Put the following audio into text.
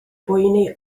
boeni